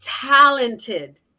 talented